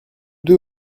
deux